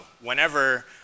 whenever